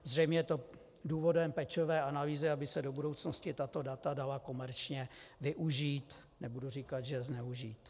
Zřejmě je to důvodem pečlivé analýzy, aby se do budoucnosti dala tato data komerčně využít, nebudu říkat, že zneužít.